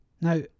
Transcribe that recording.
Now